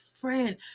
friend